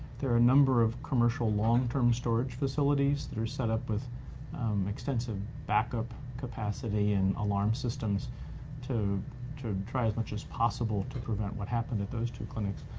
there are a number of commercial long-term storage facilities that are set up with extensive backup capacity and alarm systems to try as much as possible to prevent what happened at those two clinics.